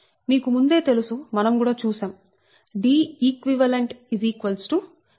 మీకు ముందే తెలుసు మనం కూడా చూశాం DeqDab